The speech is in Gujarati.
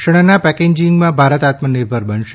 શણનાં પેકેજિંગમાં ભારત આત્મનિર્ભર બનશે